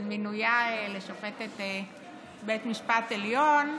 על מינויה לשופטת בית המשפט העליון.